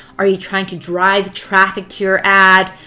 are you trying to drive traffic to your ad?